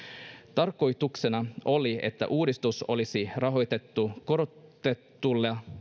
tarkoituksena oli että uudistus olisi rahoitettu korotetulla